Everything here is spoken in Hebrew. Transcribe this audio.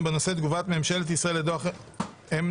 בנושא: "תגובת ממשלת ישראל לדו"ח אמנסטי",